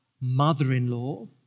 mother-in-law